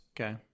okay